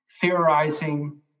theorizing